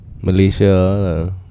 Malaysia